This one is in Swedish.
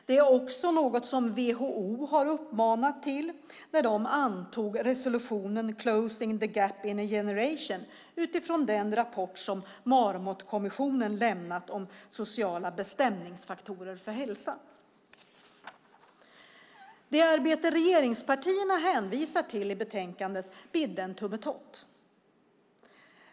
Det var också något som WHO uppmanade till när de antog resolutionen Closing the gap in a generation utifrån den rapport som Marmotkommissionen lämnat om sociala bestämningsfaktorer för hälsa. Det arbete som regeringspartierna hänvisar till i betänkandet bidde en tummetott.